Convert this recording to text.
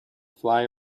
fly